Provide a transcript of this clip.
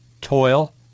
toil